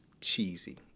cheesy